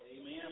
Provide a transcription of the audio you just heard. Amen